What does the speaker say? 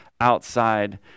outside